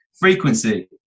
frequency